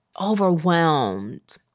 overwhelmed